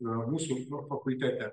mūsų fakultete